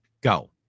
go